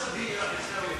חברת הכנסת איילת נחמיאס ורבין.